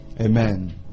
Amen